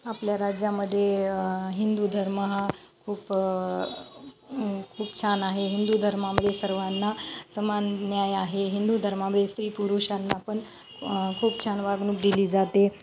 आपल्या राज्यामध्ये हिंदू धर्म हा खूप खूप छान आहे हिंदू धर्मामध्ये सर्वांना समान न्याय आहे हिंदू धर्मामध्ये स्त्री पुरुषांना पण खूप छान वागणूक दिली जाते